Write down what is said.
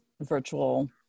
virtual